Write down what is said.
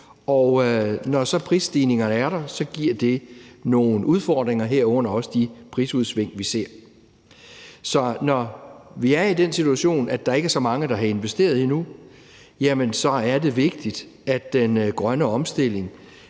og når så prisstigningerne er der, giver det nogle udfordringer, herunder de prisudsving, vi ser. Så når vi er i den situation, at der ikke er så mange, der har investeret grønt endnu, jamen så er det vigtigt, at den grønne omstilling